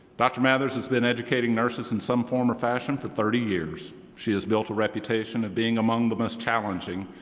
dr. mathers has been educating nurses in some form or fashion for thirty years. she has built a reputation of being among the most challenging,